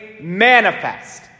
manifest